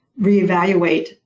reevaluate